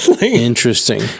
interesting